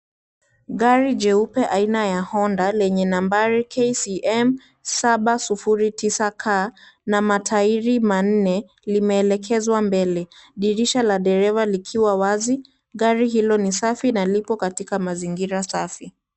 Gari jeupe aina ya Honda lenye nambari KCM 709K na matairi manne, limeelekezwa ambele. Dirisha la derewa likiwa wazi, gari hilo ni safi na liko katika mazingira safi.